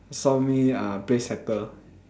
saw me uh play setter